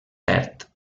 verd